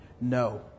No